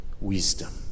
Wisdom